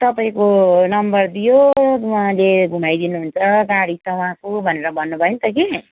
तपाईँको नम्बर दियो उहाँले घुमाइदिनु हुन्छ गाडी त उहाँको भनेर भन्नुभयो नि त कि